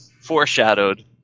foreshadowed